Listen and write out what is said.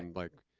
like,